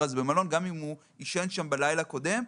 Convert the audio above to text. גם אם הוא עישן של בלילה הקודם,